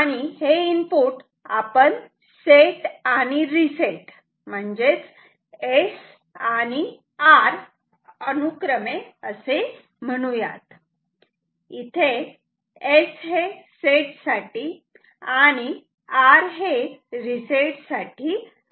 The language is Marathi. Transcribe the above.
ते इनपुट आपण सेट आणि रिसेट म्हणजेच S आणि R असे म्हणूयात इथे S हे सेट साठी आणि R हे रिसेट साठी आहे